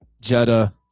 Jetta